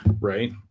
right